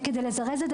כדי לזרז את זה.